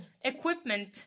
Equipment